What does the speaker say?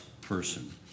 person